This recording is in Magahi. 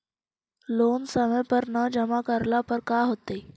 लोन समय पर न जमा करला पर का होतइ?